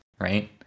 right